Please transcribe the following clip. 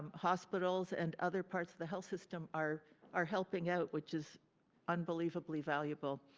hospitals and other parts of the health system are are helping out, which is unbelievably valuable.